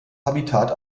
habitat